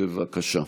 בבקשה.